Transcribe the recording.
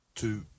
two